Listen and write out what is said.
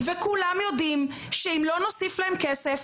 וכולם יודעים שאם לא נוסיף להן כסף,